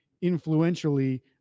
influentially